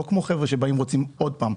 לא כמו חבר'ה שרוצים עוד פעם.